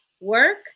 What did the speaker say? work